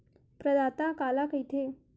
प्रदाता काला कइथे?